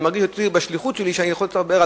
אני מרגיש בשליחות שלי שאני יכול לדבר על